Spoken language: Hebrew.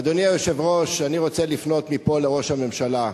אדוני היושב-ראש, אני רוצה לפנות מפה לראש הממשלה.